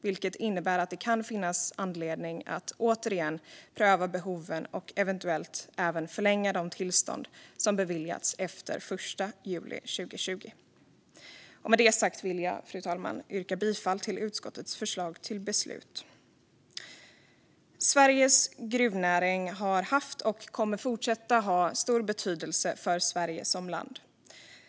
Det innebär att det kan finnas anledning att återigen pröva behoven och eventuellt förlänga även de tillstånd som beviljats efter den 1 juli 2020. Fru talman! Med det sagt vill jag yrka bifall till utskottets förslag till beslut. Sveriges gruvnäring har haft och kommer att fortsätta ha stor betydelse för Sverige som land.